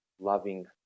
loving